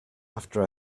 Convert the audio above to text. after